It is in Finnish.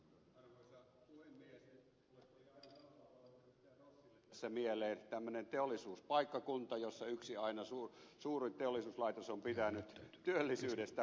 rossille tässä mieleen tämmöinen teollisuuspaikkakunta jolla aina yksi suuri teollisuuslaitos on pitänyt työllisyydestä huolen